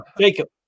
Jacob